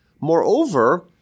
Moreover